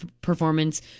performance